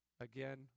Again